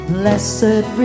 blessed